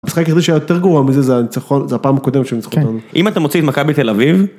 המשחק היחידי שהיה יותר גרוע מזה זה הניצחון, זה הפעם הקודמת שהם ניצחו אותנו. כן, אם אתה מוציא את מכבי תל אביב.